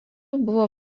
buvo